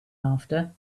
after